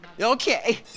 Okay